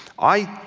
i,